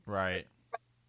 right